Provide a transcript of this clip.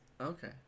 Okay